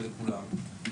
ולכולם,